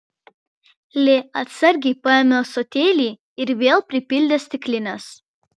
li atsargiai paėmė ąsotėlį ir vėl pripildė stiklines